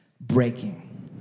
breaking